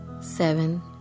seven